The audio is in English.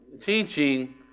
teaching